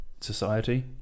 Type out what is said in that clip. Society